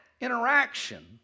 interaction